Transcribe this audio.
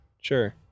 Sure